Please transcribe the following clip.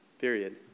period